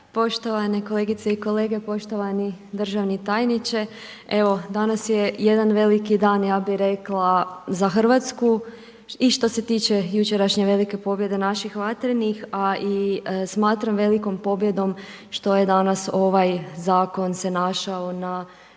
Poštovane kolegice i kolege, poštovani državni tajniče, evo, danas je jedan veliki dan, ja bi rekla za Hrvatsku i što se tiče jučerašnje velike pobjede naših vatrenih a i smatram velikom pobjedom što je danas, ovaj zakon se našao na dnevnom